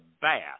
bath